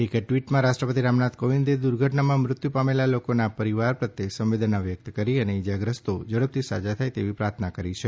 એક ટ્વીટમાં રાષ્ટ્રપતિ રામનાથ કોવિંદે દુર્ઘટનામાં મૃત્યુ પામેલા લોકોના પરિવાર પ્રતિ સંવેદના વ્યક્ત કરી અને ઈજાગ્રસ્તો ઝડપથી સાજા થાય તેવી પ્રાર્થના પણ કરી છે